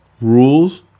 Rules